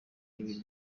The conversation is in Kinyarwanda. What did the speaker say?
ibi